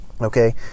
Okay